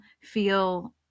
feel